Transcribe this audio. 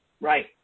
Right